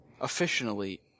officially